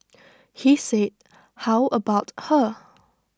he said how about her